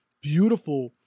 beautiful